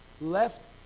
left